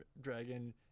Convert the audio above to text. dragon